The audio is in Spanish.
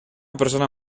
persona